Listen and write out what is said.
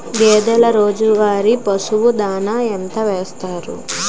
గేదెల రోజువారి పశువు దాణాఎంత వేస్తారు?